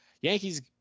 Yankees